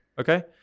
Okay